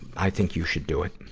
i think you should do it.